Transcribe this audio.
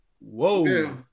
Whoa